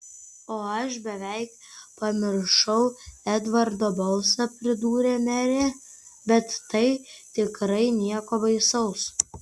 o aš beveik pamiršau edvardo balsą pridūrė merė bet tai tikrai nieko baisaus